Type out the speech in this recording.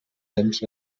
temps